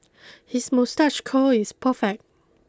his moustache curl is perfect